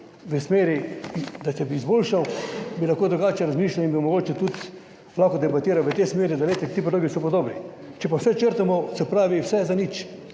v smeri, da se bo izboljšal, bi lahko drugače razmišljal in bi mogoče tudi lahko debatiral v tej smeri, da, glejte, ti predlogi so pa dobri, če pa vse črtamo, se pravi vse za nič,